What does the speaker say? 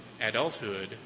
adulthood